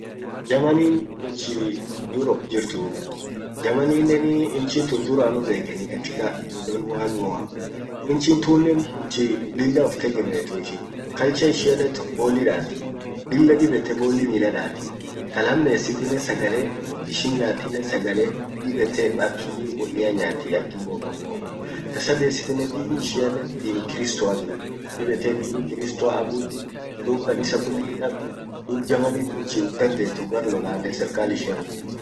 Germany inn inchi europe jirtu. Germany enen inchin tun durani bekeni katika loll world war. Inchin tunnen inchi lilla uf tegemetuu .culture ishianen tok bolli daati, lilla dib ete bolli mila daati, talamessitit sagale ishin nyaatinen sagale dib ete aki wonnia nyaati ak mboga mboga, tasadesitinnen dini ishianen dini kristoatii, dib ete dini kristoa abuddi, dub kanisa kulli hinkabdi, dub Germany inchi uf dandetuu gar lollalen serkal ishian nguvu kaaba.